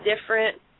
different